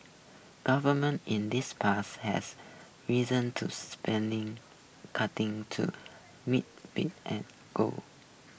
governments in the past has reason to spending cuting to meet being and goals